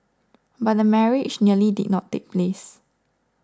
but the marriage nearly did not take place